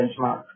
benchmark